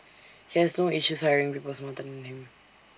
he has no issues hiring people smarter than him